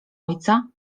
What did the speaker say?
ojca